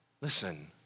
Listen